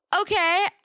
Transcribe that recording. okay